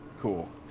Cool